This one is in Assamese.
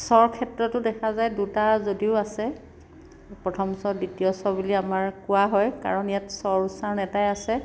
চ ৰ ক্ষেত্ৰতো দেখা যায় দুটা যদিও আছে প্ৰথম চ দ্বিতীয় ছ বুলি আমাৰ কোৱা হয় কাৰণ ইয়াত চ ৰ উচ্চাৰণ এটাই আছে